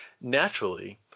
Naturally